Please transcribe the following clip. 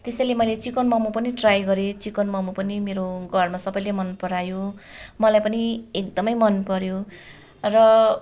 त्यसैले मैले चिकन मम पनि ट्राई गरेँ चिकन मम पनि मेरो घरमा सबैले मन परायो मलाई पनि एकदमै मन पर्यो